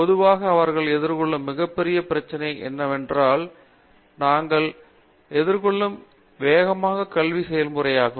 பொதுவாக அவர்கள் எதிர்கொள்ளும் மிகப்பெரிய பிரச்சனை என்னவென்றால் நாங்கள் எதிர்கொள்ளும் வேகமான கல்வி செயல்முறையாகும்